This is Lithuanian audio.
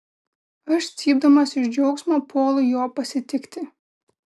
aš cypdamas iš džiaugsmo puolu jo pasitikti